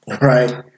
right